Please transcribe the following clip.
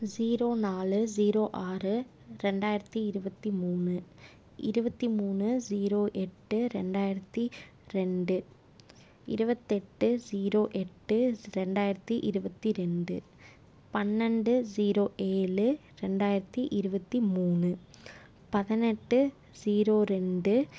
zero நாலு zero ஆறு ரெண்டாயிரத்தி இருபத்தி மூணு இருபத்தி மூணு ஸீரோ எட்டு ரெண்டாயிரத்தி ரெண்டு இருபத்தெட்டு ஸீரோ எட்டு ரெண்டாயிரத்தி இருபத்தி ரெண்டு பன்னெண்டு ஸீரோ ஏழு ரெண்டாயிரத்தி இருபத்தி மூணு பதினெட்டு ஸீரோ ரெண்டு